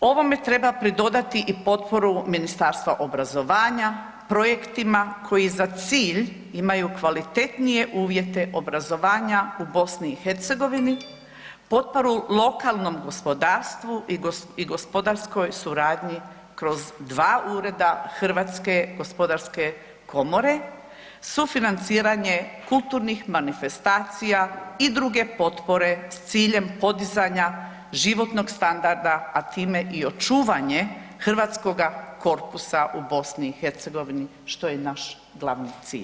Ovome treba pridodati i potporu Ministarstva obrazovanja projektima koji za cilj imaju kvalitetnije uvjete obrazovanja u BiH, potporu lokalnom gospodarstvu i gospodarskoj suradnji kroz dva ureda HGK-a, sufinanciranje kulturnih manifestacija i druge potpore s ciljem podizanja životnog standarda, a time i očuvanje hrvatskog korpusa u BiH, što je naš glavni cilj.